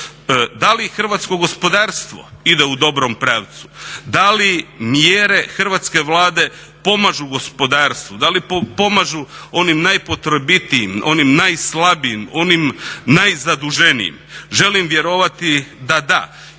Da li hrvatsko gospodarstvo ide u dobrom pravcu? Da li mjere hrvatske Vlade pomažu gospodarstvu, da li pomažu onim najpotrebitijim, onim najslabijim, onim najzaduženijim? Želim vjerovati da da.